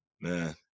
Man